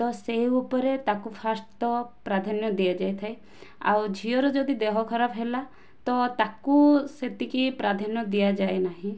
ତ ସେହି ଉପରେ ତାକୁ ଫାଷ୍ଟ ତ ପ୍ରାଧାନ୍ୟ ଦିଆଯାଇଥାଏ ଆଉ ଝିଅର ଯଦି ଦେହ ଖରାପ ହେଲା ତ ତାକୁ ସେତିକି ପ୍ରାଧାନ୍ୟ ଦିଆଯାଏ ନାହିଁ